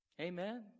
Amen